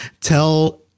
tell